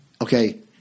Okay